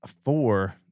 four